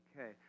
Okay